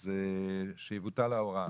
אז שיבוטל ההוראה.